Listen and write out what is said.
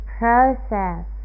process